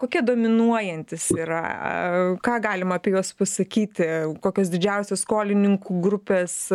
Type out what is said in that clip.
kokie dominuojantys yra ką galima apie juos pasakyti kokios didžiausių skolininkų grupės